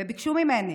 והם ביקשו ממני